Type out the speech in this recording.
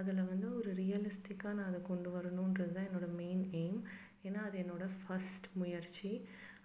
அதில் வந்து ஒரு ரியலிஸ்டிக்காக நான் அதை கொண்டு வரணும்றது தான் என்னோடய மெயின் எயிம் ஏன்னா அது என்னோடய ஃபஸ்ட் முயற்சி